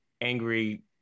angry